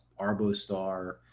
arbostar